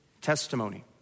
testimony